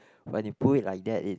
when you put it like that it